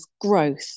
growth